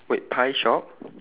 wait pie shop